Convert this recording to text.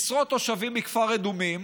עשרות תושבים מכפר אדומים